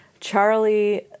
Charlie